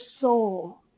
soul